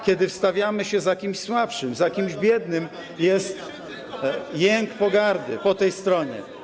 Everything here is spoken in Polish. Kiedy wstawiamy się za kimś słabszym, za kimś biednym, jest jęk pogardy po tej stronie.